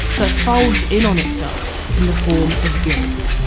but folds in on itself in the form of guilt.